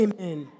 Amen